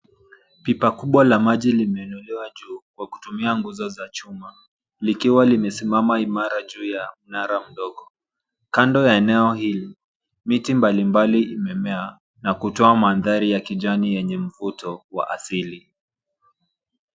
Pipa kubwa la maji limeinuliwa juu kwa kutumia nguzo za chuma likiwa limesimama imara juu ya mnara mdogo. Kando ya eneo hii miti mbalimbali imemea na kutoa mandhari ya kijani yenye mvuto wa asili.